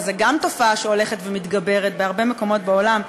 וזאת גם תופעה שהולכת ומתגברת בהרבה מקומות בעולם,